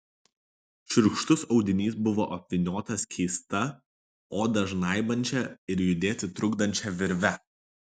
šiurkštus audinys buvo apvyniotas keista odą žnaibančia ir judėti trukdančia virve